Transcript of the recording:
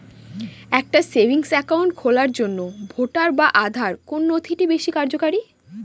একটা savings account খোলার জন্য ভোটার বা আধার কোন নথিটি বেশী কার্যকরী?